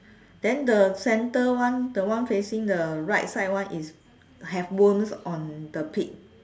then the center one the one facing the right side one is has worms on the pig